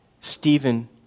Stephen